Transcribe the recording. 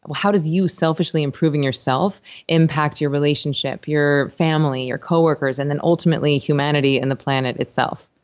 how does you selfishly improving yourself impact your relationship, your family, your co-workers, and then ultimately humanity and the planet itself?